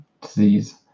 disease